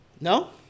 No